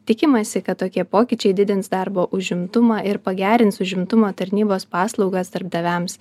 tikimasi kad tokie pokyčiai didins darbo užimtumą ir pagerins užimtumo tarnybos paslaugas darbdaviams